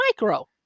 micro